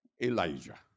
Elijah